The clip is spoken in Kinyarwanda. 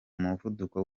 muvuduko